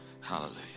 Hallelujah